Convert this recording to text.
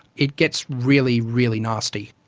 it gets really, really nasty.